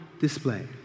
display